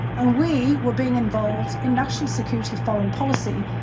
and we were being involved in national security foreign policy,